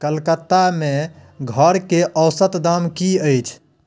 कलकत्ता मे घरके औसत दाम की अछि